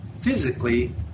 physically